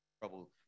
trouble